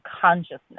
consciousness